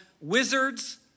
Wizards